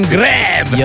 Grab